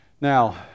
now